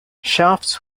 shafts